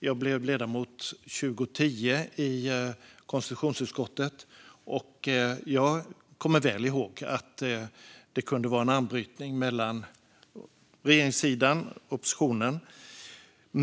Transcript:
Jag blev ledamot i konstitutionsutskottet 2010, och jag kommer väl ihåg att det kunde vara en armbrytning mellan regeringssidan och oppositionen.